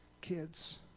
kids